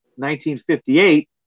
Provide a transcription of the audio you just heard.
1958